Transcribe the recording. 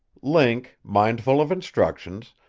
link, mindful of instructions,